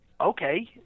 Okay